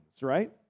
right